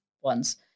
one's